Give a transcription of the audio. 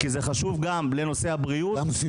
כי זה חשוב גם לנושא הבריאות.